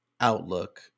outlook